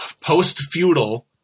post-feudal